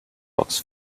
box